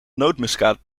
nootmuskaat